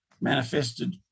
manifested